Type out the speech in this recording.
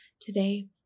Today